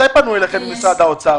מתי פנו אליכם ממשרד האוצר?